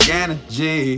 energy